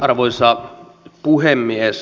arvoisa puhemies